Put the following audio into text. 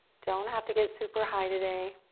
don't have to get super high today.